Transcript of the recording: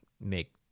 make